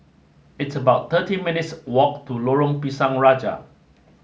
it's about thirty minutes' walk to Lorong Pisang Raja